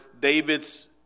David's